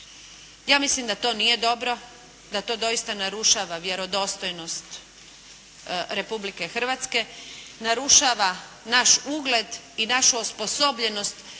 Ja mislim da to nije dobro, da to doista narušava vjerodostojnost Republike Hrvatske, narušava naš ugled i našu osposobljenost